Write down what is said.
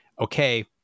okay